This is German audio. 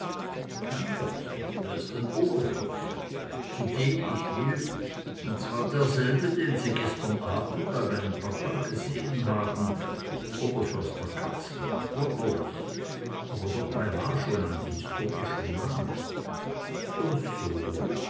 kein förster es ist ein oberförster zu dem ich will und zwar derselbe den sie gestern abend bei meinem papa gesehn haben oberförster katzler bürgerlich aber doch beinah schon historischer name so so